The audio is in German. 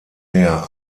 der